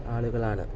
ആളുകളാണ്